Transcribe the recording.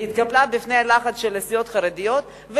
בפני הלחץ של הסיעות החרדיות,